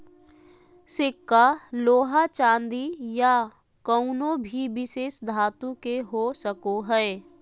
सिक्का लोहा चांदी या कउनो भी विशेष धातु के हो सको हय